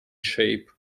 shape